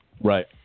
Right